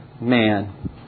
man